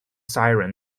siren